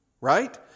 right